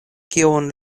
kiun